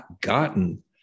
gotten